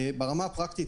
ברמה הפרקטית,